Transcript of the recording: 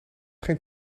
geen